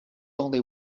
only